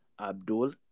Abdul